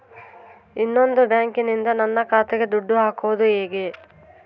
ಇನ್ನೊಂದು ಬ್ಯಾಂಕಿನಿಂದ ನನ್ನ ಖಾತೆಗೆ ದುಡ್ಡು ಹಾಕೋದು ಹೇಗೆ?